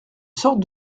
sorte